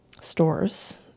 stores